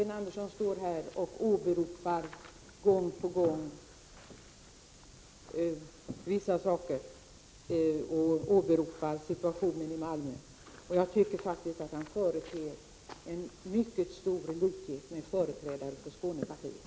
När jag hör Sten Andersson gång på gång åberopa vissa saker om situationen i Malmö, tycker jag faktiskt han företer en mycket stor likhet med företrädare för Skånepartiet.